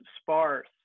sparse